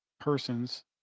persons